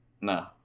No